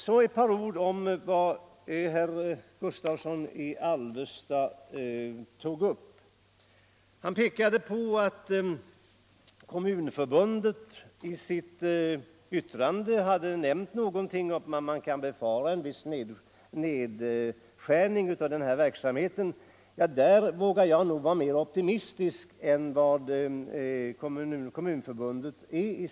Så ett par ord om vad herr Gustavsson i Alvesta tog upp. Han pekade på att Kommunförbundet i sitt yttrande hade nämnt någonting om att man kan befara en viss nedskärning av den här verksamheten. Där vågar jag nog vara mer optimistisk än Kommunförbundet.